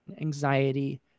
anxiety